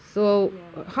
ya